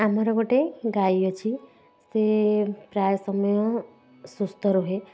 ଆମର ଗୋଟେ ଗାଈ ଅଛି ସେ ପ୍ରାୟ ସମୟ ସୁସ୍ଥ ରୁହେ